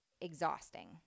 exhausting